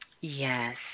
Yes